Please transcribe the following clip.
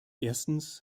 erstens